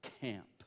camp